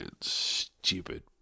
stupid